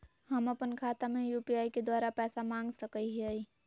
हम अपन खाता में यू.पी.आई के द्वारा पैसा मांग सकई हई?